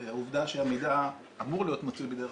העובדה שהמידע אמור להיות מצוי בידי הרשות,